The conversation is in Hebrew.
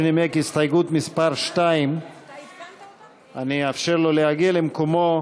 שנימק את הסתייגות מס' 2. אני אאפשר לו להגיע למקומו,